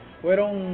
fueron